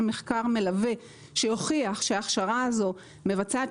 יהיה מחקר מלווה שיוכיח שההכשרה הזאת מבצעת